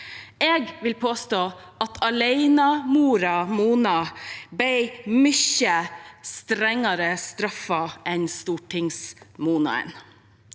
Jeg vil påstå at alenemoren Mona ble mye strengere straffet enn Stortings-Mona.